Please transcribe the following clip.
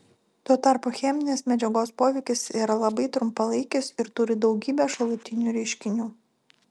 tuo tarpu cheminės medžiagos poveikis yra labai trumpalaikis ir turi daugybę šalutinių reiškinių